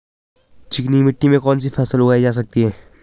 चिकनी मिट्टी में कौन सी फसल उगाई जा सकती है?